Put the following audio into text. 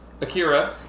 Akira